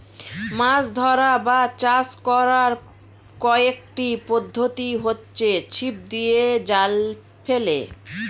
মাছ ধরা বা চাষ করার কয়েকটি পদ্ধতি হচ্ছে ছিপ দিয়ে, জাল ফেলে